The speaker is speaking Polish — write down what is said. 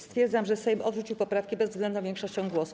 Stwierdzam, że Sejm odrzucił poprawki bezwzględną większością głosów.